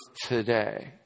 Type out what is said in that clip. today